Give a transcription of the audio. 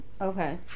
Okay